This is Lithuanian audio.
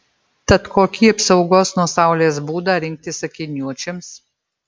tad kokį apsaugos nuo saulės būdą rinktis akiniuočiams